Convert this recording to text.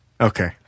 Okay